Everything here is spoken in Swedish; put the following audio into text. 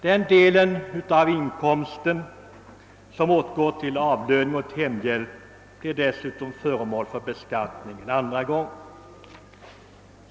Den del av inkomsten som åtgår till avlöning åt hemhjälp blir dessutom föremål för beskattning en andra gång.